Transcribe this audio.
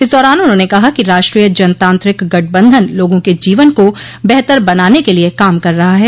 इस दौरान उन्होंने कहा कि राष्ट्रीय जनतांत्रिक गठबंधन लोगों के जीवन को बेहतर बनाने के लिए काम कर रहा है